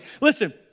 Listen